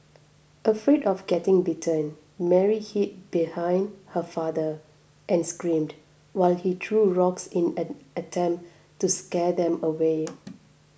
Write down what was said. afraid of getting bitten Mary hid behind her father and screamed while he threw rocks in an attempt to scare them away